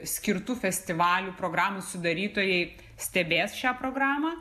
skirtų festivalių programų sudarytojai stebės šią programą